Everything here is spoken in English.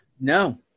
no